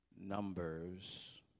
Numbers